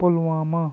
Pulwama